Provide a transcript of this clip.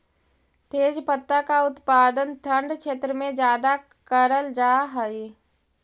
तेजपत्ता का उत्पादन ठंडे क्षेत्र में ज्यादा करल जा हई